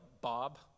Bob